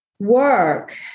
work